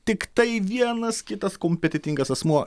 tiktai vienas kitas kompetentingas asmuo